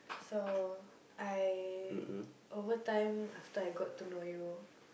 so I over time after I got to know you